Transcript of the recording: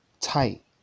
tight